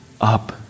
up